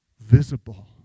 Visible